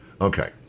Okay